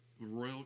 Royal